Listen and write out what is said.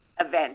Event